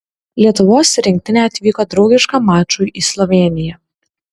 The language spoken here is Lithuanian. lietuvos rinktinė atvyko draugiškam mačui į slovėniją